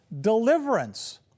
deliverance